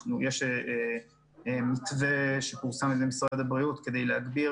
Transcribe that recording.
יש מתווה, שפורסם על ידי משרד הבריאות, כדי להגביר